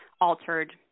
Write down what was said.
altered